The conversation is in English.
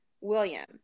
William